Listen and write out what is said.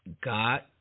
God